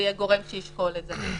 ויהיה גורם שישקול את זה.